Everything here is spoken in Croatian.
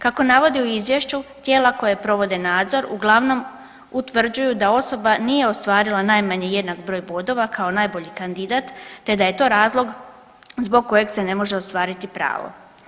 Kako navodi u izvješću, tijela koja provode nadzor uglavnom utvrđuju da osoba nije ostvarila jednak broj bodova kao najbolji kandidat, te da je to razlog zbog kojeg se ne može ostvariti pravo.